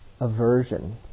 aversion